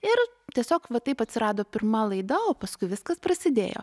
ir tiesiog va taip atsirado pirma laida o paskui viskas prasidėjo